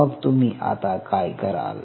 मग तुम्ही आता काय कराल